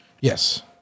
yes